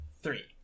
Three